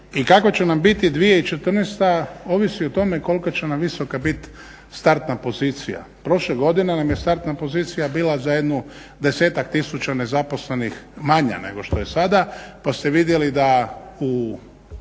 I kakva će nam biti 2014. ovisi o tome koliko će nam visoka biti startna pozicija. Prošle godine nam je startna pozicija bila za jedno desetak tisuća nezaposlenih manja nego što je sada pa ste vidjeli da u